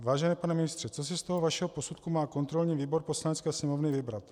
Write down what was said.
Vážený pane ministře, co si z toho vašeho posudku má kontrolní výbor Poslanecké sněmovny vybrat?